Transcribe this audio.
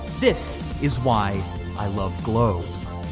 this is why i love globes.